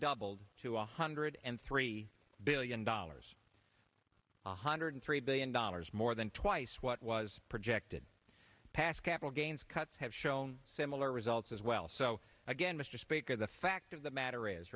doubled to a hundred and three billion dollars one hundred three billion dollars more than twice what was projected pass capital gains cuts have shown similar results as well so again mr speaker the fact of the matter is